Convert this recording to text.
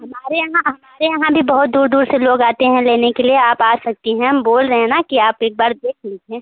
हमारे यहाँ हमारे यहाँ भी बहुत दूर दूर से लोग आते हैं लेने के लिए आप आ सकती हैं हम बोल रहे हैं न कि आप एक बार देख लीजिए